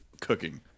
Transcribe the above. cooking